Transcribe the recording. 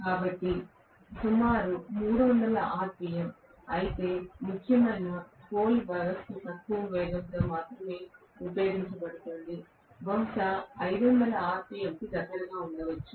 కాబట్టి సుమారు 3000 rpm అయితే ముఖ్యమైన పోల్ వ్యవస్థ తక్కువ వేగంతో మాత్రమే ఉపయోగించబడుతోంది బహుశా 500 rpm కి దగ్గరగా ఉండవచ్చు